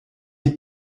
est